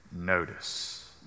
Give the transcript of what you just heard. notice